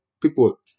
people